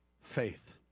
faith